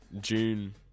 June